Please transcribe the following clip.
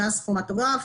גז כרומטוגרף,